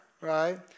right